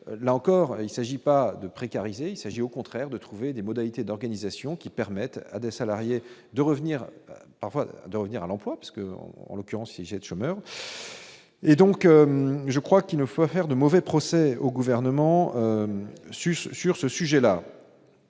là encore il s'agit pas de précariser, il s'agit au contraire de trouver des modalités d'organisation qui permettent à des salariés de revenir afin de revenir à l'emploi parce que, en en l'occurrence il jette chômeur et donc je crois qu'il ne faut faire de mauvais procès au gouvernement suisse sur ce sujet-là